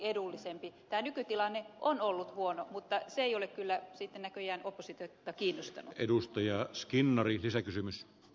tämä nykytilanne on ollut huono mutta se ei ole kyllä sitten näköjään oppositiota kiinnostanut